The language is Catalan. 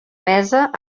mesa